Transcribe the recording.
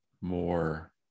more